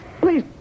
Please